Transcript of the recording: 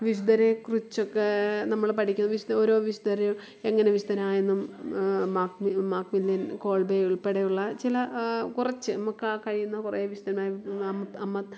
വിശുദ്ധരെക്കുറിച്ചൊക്കെ നമ്മൾ പഠിക്കുന്നു വിശുദ്ധ ഓരോ വിശുദ്ധർ എങ്ങനെ വിശുദ്ധനായെന്നും മാക്മി മാക്മില്യൻ കോൾബേ ഉൾപ്പടെയുള്ള ചില കുറച്ച് നമുക്കാ കഴിയുന്ന കുറേ വിശുദ്ധനായ അം അമ്മ